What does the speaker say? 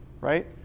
right